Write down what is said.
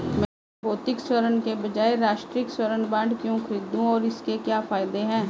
मैं भौतिक स्वर्ण के बजाय राष्ट्रिक स्वर्ण बॉन्ड क्यों खरीदूं और इसके क्या फायदे हैं?